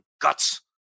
guts